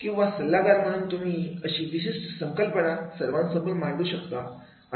किंवा सल्लागार म्हणून तुम्ही अशी विशिष्ट संकल्पना सर्वांसमोर मांडू शकता